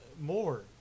more